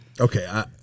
okay